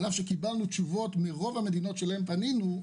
על אף שקיבלנו תשובות מרוב המדינות אליהן פנינו,